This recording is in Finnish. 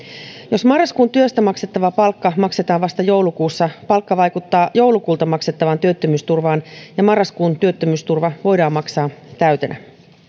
jos marraskuun työstä maksettava palkka maksetaan vasta joulukuussa palkka vaikuttaa joulukuulta maksettavaan työttömyysturvaan ja marraskuun työttömyysturva voidaan maksaa täytenä